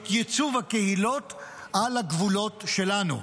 את ייצוג הקהילות על הגבולות שלנו.